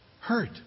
hurt